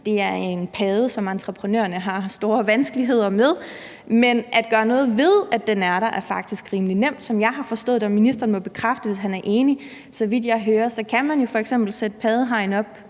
Det er en padde, som entreprenørerne har store vanskeligheder med. Men at gøre noget ved, at den er der, er faktisk rimelig nemt, som jeg har forstået det. Ministeren må bekræfte det, hvis han er enig. Så vidt jeg hører, kan man jo f.eks. sætte paddehegn op,